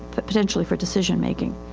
but potentially for decision making.